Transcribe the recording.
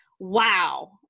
Wow